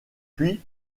puis